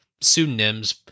pseudonyms